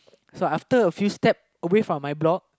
so after a few step away from my block